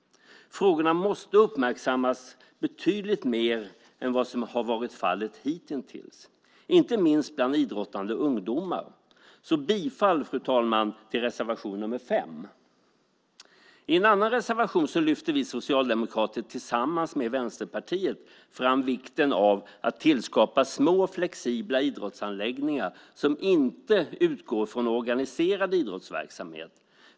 Frågorna måste uppmärksammas betydligt mer än vad som har varit fallet hitintills, inte minst bland idrottande ungdomar. Jag yrkar bifall, fru talman, till reservation nr 5. I en annan reservation lyfter vi socialdemokrater tillsammans med Vänsterpartiet fram vikten av att skapa små, flexibla idrottsanläggningar som inte utgår från organiserad idrottsverksamhet.